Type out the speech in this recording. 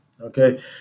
Okay